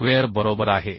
square बरोबर आहे